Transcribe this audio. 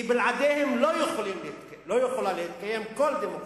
כי בלעדיהם לא יכולה להתקיים כל דמוקרטיה.